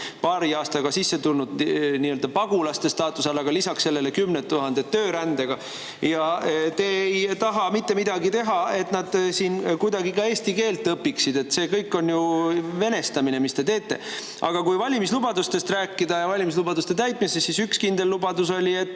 paari aastaga sisse tulnud pagulase staatuse all, lisaks sellele kümned tuhanded töörändega. Ja te ei taha mitte midagi teha, et nad siin kuidagi ka eesti keelt õpiksid. See kõik on ju venestamine, mis te teete. Aga kui rääkida valimislubadustest ja valimislubaduste täitmisest, siis üks kindel lubadus oli, et